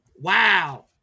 Wow